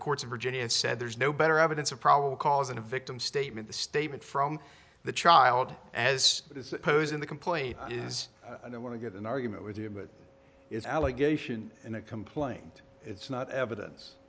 the courts of virginia and said there's no better evidence of probable cause and a victim's statement the statement from the child as it is posed in the complaint is i don't want to get an argument with you but it's allegation in a complaint it's not evidence